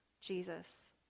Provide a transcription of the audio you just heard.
Jesus